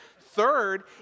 third